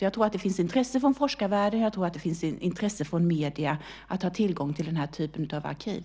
Jag tror att det finns ett intresse från forskarvärlden och jag tror att det finns ett intresse från medierna att ha tillgång till den här typen av arkiv.